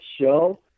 show